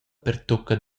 pertucca